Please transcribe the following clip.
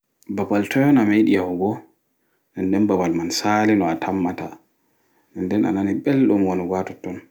Baɓal toi on ameɗi yahugo nɗe nɗe ɓaɓal mai saali no a tammata nɗen a nani ɓelɗum wonugo ha totton